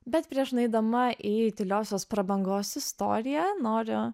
bet prieš nueidama į tyliosios prabangos istoriją noriu